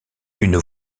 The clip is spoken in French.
une